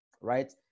right